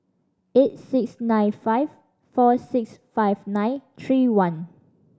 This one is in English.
eight six nine five four six five nine three one